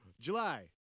July